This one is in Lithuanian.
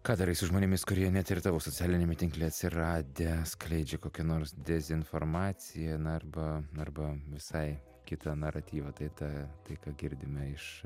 ką darai su žmonėmis kurie net ir tavo socialiniame tinkle atsiradę skleidžia kokią nors dezinformaciją na arba arba visai kitą naratyvą tai ta tai ką girdime iš